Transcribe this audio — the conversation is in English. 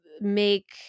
make